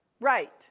right